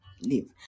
leave